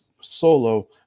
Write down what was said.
solo